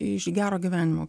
iš gero gyvenimo